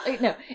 No